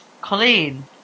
Colleen